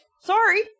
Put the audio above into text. Sorry